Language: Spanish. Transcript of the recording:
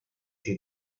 que